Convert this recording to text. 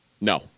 No